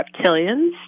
reptilians